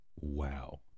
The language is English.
Wow